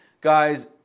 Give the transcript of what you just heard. Guys